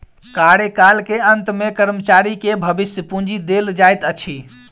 कार्यकाल के अंत में कर्मचारी के भविष्य पूंजी देल जाइत अछि